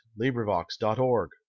LibriVox.org